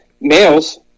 Males